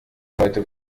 zweite